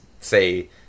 say